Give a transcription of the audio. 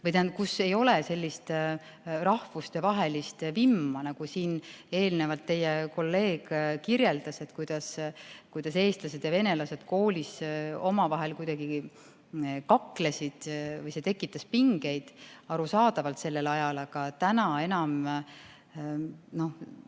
keskkonnas, kus ei ole sellist rahvustevahelist vimma, nagu siin eelnevalt teie kolleeg kirjeldas, kui eestlased ja venelased koolis omavahel kuidagi kaklesid. See tekitas pingeid arusaadavalt sellel ajal, aga täna enam ...